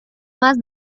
más